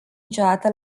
niciodată